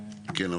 כן,